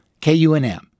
KUNM